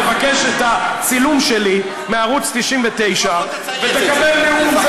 תבקש את הצילום שלי מערוץ 99 ותקבל נאום.